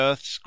EARTH'S